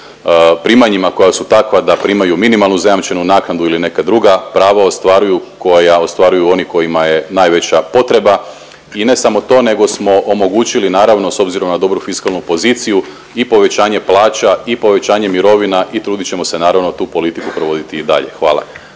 primanjima koja su takva da primaju minimalnu zajamčenu naknadu ili neka druga prava ostvaruju koja ostvaruju oni kojima je najveća potreba. I ne samo to nego smo omogućili naravno s obzirom na dobru fiskalnu poziciju i povećanje plaća i povećanje mirovina i trudit ćemo se naravno tu politiku provoditi i dalje. Hvala.